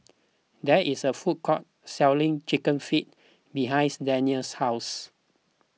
there is a food court selling Chicken Feet behinds Denny's house